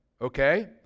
Okay